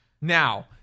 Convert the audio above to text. Now